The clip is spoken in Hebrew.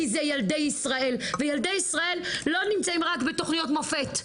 כי זה ילדי ישראל וילדי ישראל לא נמצאים רק בתוכניות מופת,